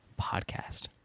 Podcast